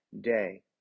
day